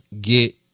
get